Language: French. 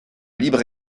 libre